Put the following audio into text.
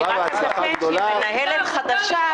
אני רק אתקן שהיא מנהלת חדשה,